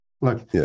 Look